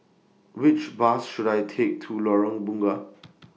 Which Bus should I Take to Lorong Bunga